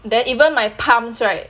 then even my palms right